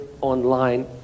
online